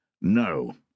No